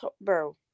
Bro